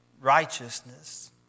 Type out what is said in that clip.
righteousness